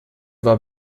war